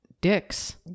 dicks